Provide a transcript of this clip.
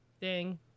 Ding